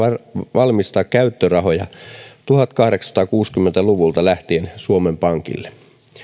valmistaa käyttörahoja tuhatkahdeksansataakuusikymmentä luvulta lähtien suomen pankille